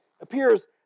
appears